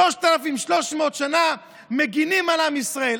3,300 שנה מגינים על עם ישראל,